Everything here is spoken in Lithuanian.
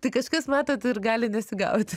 tai kažkas matot ir gali nesigauti